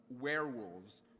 werewolves